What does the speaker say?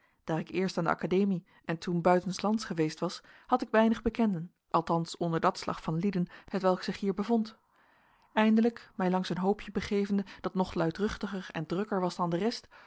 daar ik eerst aan de academie en toen buitenslands geweest was had ik weinig bekenden althans onder dat slag van lieden hetwelk zich hier bevond eindelijk mij langs een hoopje begevende dat nog luidruchtiger en drukker was dan de rest